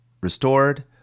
restored